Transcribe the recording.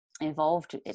involved